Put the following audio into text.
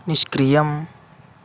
निष्क्रियम्